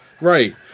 Right